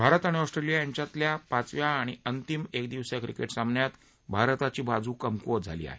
भारत आणि ऑस्ट्रेलिया यांच्यातला पाचव्या आणि अंतिम एक दिवसीय क्रिकेट सामन्यात भारताची बाजू कमकुवत झाली आहे